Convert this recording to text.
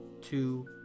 two